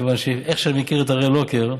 מכיוון שאיך שאני מכיר את הראל לוקר,